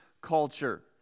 culture